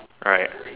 right